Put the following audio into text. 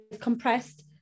compressed